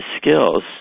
skills